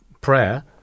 prayer